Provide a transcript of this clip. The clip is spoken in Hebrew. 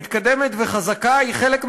מתקדמת וחזקה היא חלק מהפתרון.